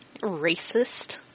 Racist